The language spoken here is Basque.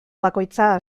bakoitza